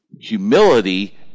Humility